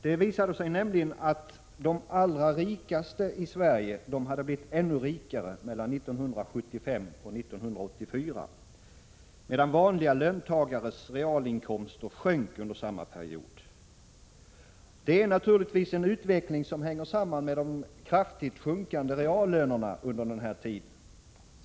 Den visade nämligen, att de allra rikaste i Sverige blev ännu rikare mellan 1975 och 1984, medan vanliga löntagares realinkomster sjönk under samma period. Det är en utveckling som naturligtvis hänger samman med de kraftigt sjunkande reallönerna under denna tid.